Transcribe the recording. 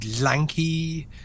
lanky